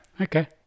Okay